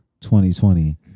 2020